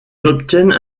obtiennent